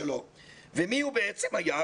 מי הוא בעצם היה?